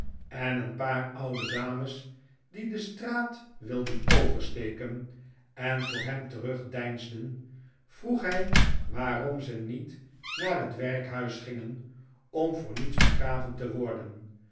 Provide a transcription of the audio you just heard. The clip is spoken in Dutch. en een paar oude dames die de straat wilden oversteken en voor hem terugdeinsden vroeg hij waarom ze niet naar het werkhuis gingen om voor niets begraven te worden